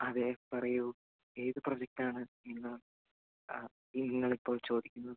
അതെ പറയൂ ഏത് പ്രോജക്റ്റാണ് ഇന്ന് ആ ഈ നിങ്ങൾ ഇപ്പോൾ ചോദിക്കുന്നത്